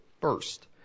first